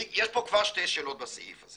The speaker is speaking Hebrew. יש פה כבר שתי שאלות בסעיף הזה